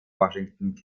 washington